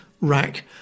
rack